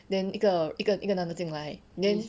then 一个一个一个男的进来 then